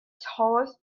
tallest